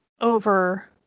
over